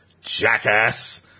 jackass